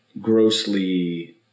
grossly